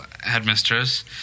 headmistress